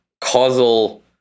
causal